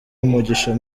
umugisha